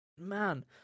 man